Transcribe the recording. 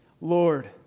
Lord